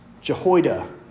Jehoiada